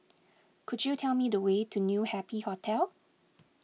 could you tell me the way to New Happy Hotel